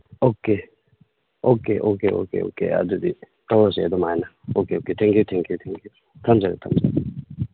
okay okay okay okay okay ꯑꯗꯨꯗꯤ ꯇꯧꯔꯁꯦ ꯑꯗꯨꯃꯥꯏꯅ okay okay thank you thank you thank you ꯊꯝꯖꯔꯦ ꯊꯝꯖꯔꯦ